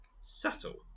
subtle